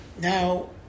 Now